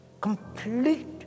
complete